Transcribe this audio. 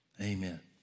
amen